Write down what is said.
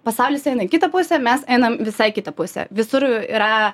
pasaulis eina į kitą pusę mes einam visai į kitą pusę visur yra